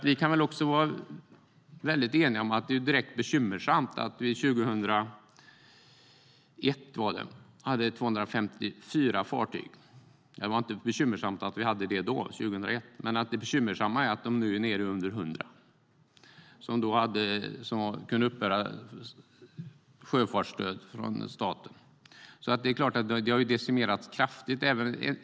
Vi kan väl också vara eniga om att det är direkt bekymmersamt att vi år 2001 hade 254 fartyg och att antalet nu är nere under 100. De kan uppbära sjöfartsstöd från staten. Det har alltså decimerats kraftigt.